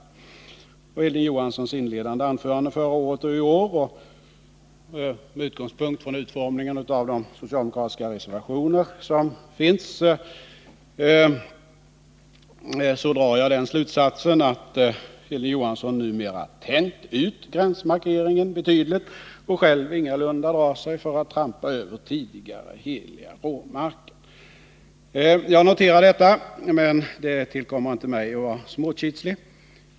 Av Hilding Johanssons inledande anförande förra året och i år att döma och med utgångspunkt i utformningen av de socialdemokratiska reservationer som finns drar jag slutsatsen att Hilding Johansson numera tänjt ut gränsmarkeringen betydligt och själv ingalunda drar sig för att trampa över tidigare heliga råmärken. Jag noterar detta, men det tillkommer inte mig att vara småkitslig.